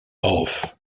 auf